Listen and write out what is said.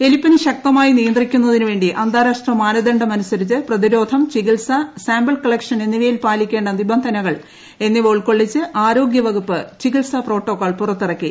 എലിപ്പനി ശക്തമായി നിയന്ത്രിക്കുന്നതിനു വേണ്ടി അന്താരാഷ്ട്ര മാനദണ്ഡമനുസരിച്ച് പ്രതിരോധം ചികിത്സ സാമ്പിൾ കളക്ഷൻ എന്നിവയിൽ പാലിക്കേണ്ട നിബന്ധനകൾ എന്നിവ ഉൾക്കൊള്ളിച്ച് ആരോഗൃവകുപ്പ് ചികിത്സ പ്രോട്ടോക്കോൾ പുറത്തിറക്കി